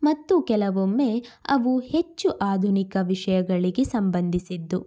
ಮತ್ತು ಕೆಲವೊಮ್ಮೆ ಅವು ಹೆಚ್ಚು ಆಧುನಿಕ ವಿಷಯಗಳಿಗೆ ಸಂಬಂಧಿಸಿದ್ದು